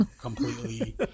completely